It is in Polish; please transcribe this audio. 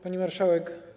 Pani Marszałek!